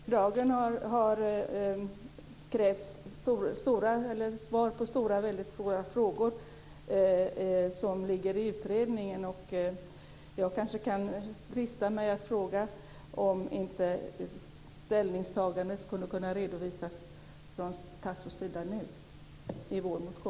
Fru talman! Under dagen har det krävts svar på väldigt stora frågor som det pågår utredning om. Jag kanske kan drista mig att fråga om inte ett ställningstagande till vår motion nu kunde redovisas från Tasso